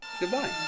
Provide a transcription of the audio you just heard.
goodbye